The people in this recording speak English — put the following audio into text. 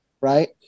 right